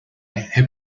who